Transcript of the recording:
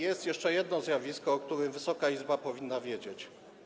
Jest jeszcze jedno zjawisko, o którym Wysoka Izba powinna wiedzieć.